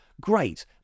Great